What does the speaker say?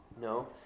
No